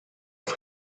for